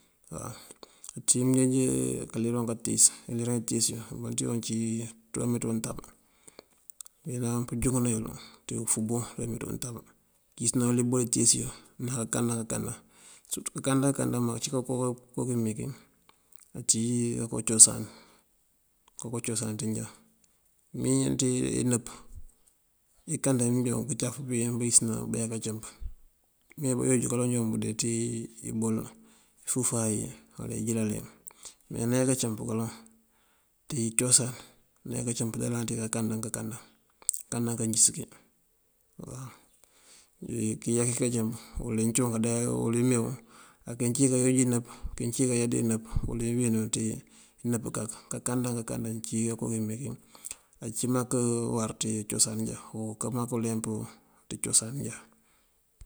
Á anţíj kaliroŋ katíis, iliroŋ itíis yuŋ imënţi yun ací ţí bameeţú untab. Ayëlënan pënjúŋëna yël ţí ufúungoŋ nú untab këyíisëna ibol itíisi yuŋ ná kankanda kankanda. Surëtú kankanda kankanda mom ací kanko kímeekí anţíj kon cosan, kanko cosan ţí njá. Mëwín ţí njee inëp inkande imënjoon kacaf been bëyíisëna been kacëmp ubiyen uyët uwí kalonjonk bindee ţí ibol fúufayi uwula injílal yan. Mee nayá kaloŋ, ţí cosan nayá kacëmp kandeelan ţí kankanda kankanda, kankanda kandíis kí. Kí yá kí kacëmp uwël wí mee wun ankëncí kayá dí inëp wul wí wín nun ţí inëp kak. Kandee kankanda kancí koon kímeekí ací mak uwáar ţí cosan. Konko aká mak uleemp ţí cosan njá.